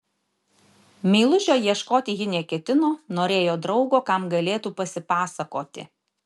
meilužio ieškoti ji neketino norėjo draugo kam galėtų pasipasakoti